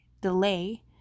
delay